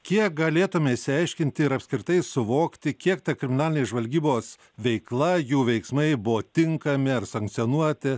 kiek galėtume išsiaiškinti ir apskritai suvokti kiek ta kriminalinės žvalgybos veikla jų veiksmai buvo tinkami ar sankcionuoti